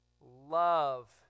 love